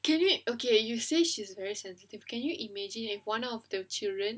can you okay you say she's very sensitive can you imagine if one of the children